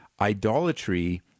idolatry